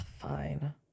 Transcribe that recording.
fine